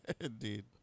Indeed